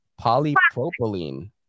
Polypropylene